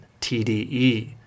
TDE